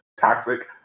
Toxic